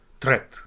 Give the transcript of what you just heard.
threat